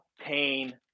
pain